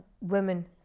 women